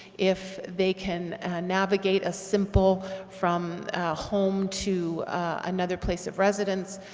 if they can navigate a simple from home to another place of residence,